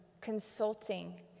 consulting